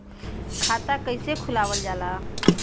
खाता कइसे खुलावल जाला?